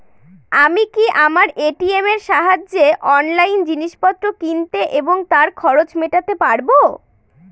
আমি কি আমার এ.টি.এম এর সাহায্যে অনলাইন জিনিসপত্র কিনতে এবং তার খরচ মেটাতে পারব?